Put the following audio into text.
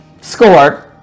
scored